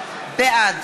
בעד